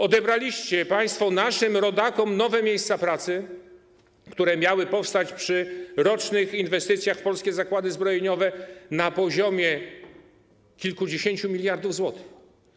Odebraliście państwo naszym rodakom nowe miejsca pracy, które miały powstać przy rocznych inwestycjach w polskie zakłady zbrojeniowe na poziomie kilkudziesięciu miliardów złotych.